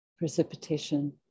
Precipitation